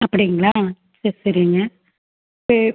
அப்படிங்களா சேரி சரிங்க சே